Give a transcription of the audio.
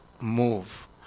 move